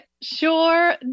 sure